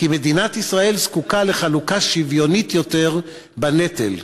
כי מדינת ישראל זקוקה לחלוקה שוויונית יותר בנטל".